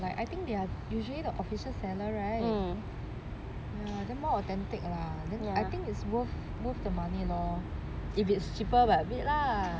I think they are usually the official sellers right ya then more authentic lah then I think it's worth worth the money lor